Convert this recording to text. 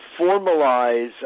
formalize